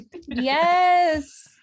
yes